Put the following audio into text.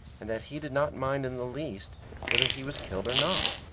and that he did not mind in the least whether he was killed or not.